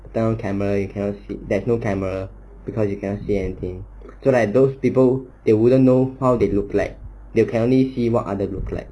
down camera you cannot see there's no camera because you cannot see anything so uh those people they wouldn't know how they look like they can only see how others look like